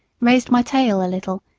raised my tail a little,